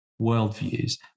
worldviews